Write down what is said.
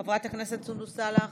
חברת הכנסת סונדוס סאלח,